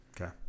Okay